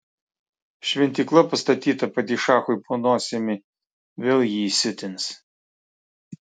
šventykla pastatyta padišachui po nosimi vėl jį įsiutins